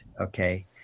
okay